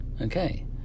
Okay